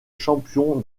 champion